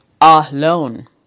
alone